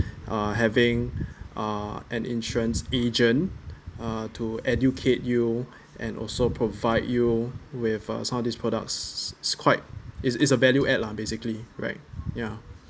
uh having uh an insurance agent uh to educate you and also provide you with uh some of these products quite is is a value add lah basically right ya